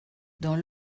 dans